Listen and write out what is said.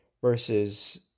versus